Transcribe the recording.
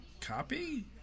copy